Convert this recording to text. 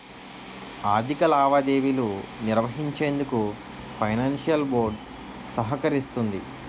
ఆర్థిక లావాదేవీలు నిర్వహించేందుకు ఫైనాన్షియల్ బోర్డ్ సహకరిస్తుంది